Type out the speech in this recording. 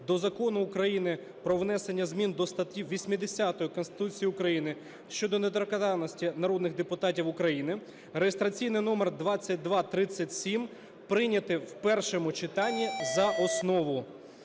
до Закону України "Про внесення змін до статті 80 Конституції України щодо недоторканності народних депутатів України" (реєстраційний номер 2237) прийняти в першому читанні за основу.